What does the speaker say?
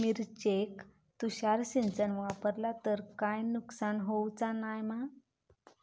मिरचेक तुषार सिंचन वापरला तर काय नुकसान होऊचा नाय मा?